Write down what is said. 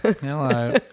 Hello